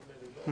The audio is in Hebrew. נדמה לי.